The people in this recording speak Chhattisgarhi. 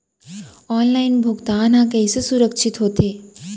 ऑनलाइन भुगतान हा कइसे सुरक्षित होथे?